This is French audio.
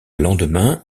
lendemain